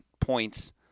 points